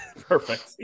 Perfect